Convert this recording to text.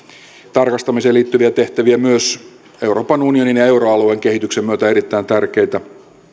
tarkastamiseen liittyviä tehtäviä myös euroopan unionin ja euroalueen kehityksen myötä erittäin tärkeitä